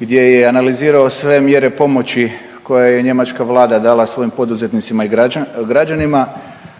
gdje je analizirao sve mjere pomoći koje je njemačka Vlada dala svojim poduzetnicima i građanima,